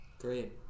Great